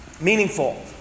meaningful